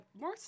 More